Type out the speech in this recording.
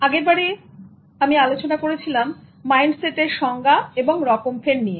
আগেরবারে আমি আলোচনা করেছিলাম মাইন্ডসেট এর সংজ্ঞা এবং রকমফের নিয়ে